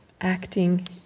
acting